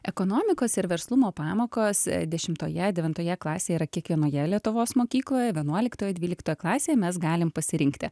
ekonomikos ir verslumo pamokos dešimtoje devintoje klasėje yra kiekvienoje lietuvos mokykloje vienuoliktoje dvyliktoje klasėje mes galim pasirinkti